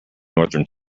northern